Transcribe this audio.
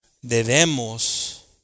Debemos